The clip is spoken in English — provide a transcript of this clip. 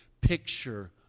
picture